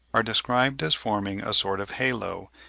are described as forming a sort of halo,